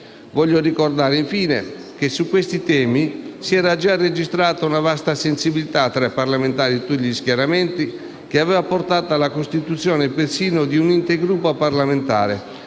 Voglio ricordare, infine, che su questi temi si era già registrata una vasta sensibilità tra i parlamentari di tutti gli schieramenti, che aveva portato alla costituzione persino di un intergruppo parlamentare